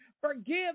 forgive